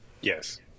Yes